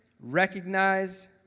recognize